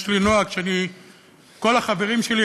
יש לי נוהג שכל החברים שלי,